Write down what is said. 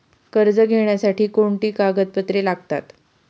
कर्ज घेण्यासाठी कोणती कागदपत्रे लागतात?